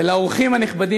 ולאורחים הנכבדים,